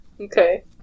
Okay